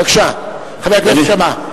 בבקשה, חבר הכנסת שאמה.